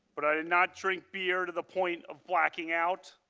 but i did not drink beer to the point of blacking out.